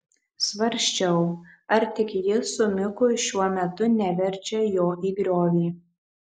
svarsčiau ar tik ji su miku šiuo metu neverčia jo į griovį